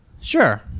Sure